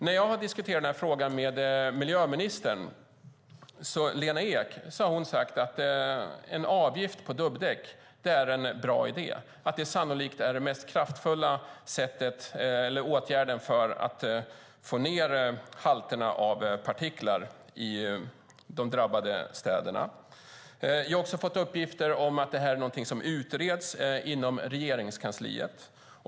När jag har diskuterat frågan med miljöminister Lena Ek har hon sagt att en avgift på dubbdäck är en bra idé och att det sannolikt är den mest kraftfulla åtgärden för att få ned halterna av partiklar i de drabbade städerna. Vi har också fått uppgifter om att detta är någonting som utreds inom Regeringskansliet.